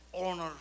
honor